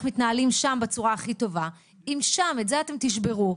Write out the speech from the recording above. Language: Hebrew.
מתנהלים שם בצורה הכי טובה אם את זה אתם תשברו,